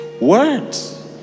Words